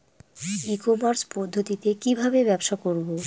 ই commerce পদ্ধতিতে কি ভাবে ব্যবসা করব?